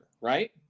right